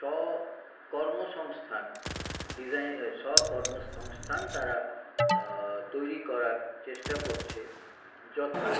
স্ব কর্মসংস্থান ডিজাইন স্ব কর্মসংস্থান তারা তৈরি করার চেষ্টা করছে যথা